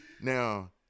Now